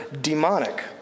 demonic